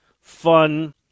fun